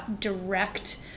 direct